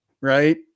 right